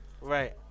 Right